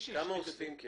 כמה אוספים?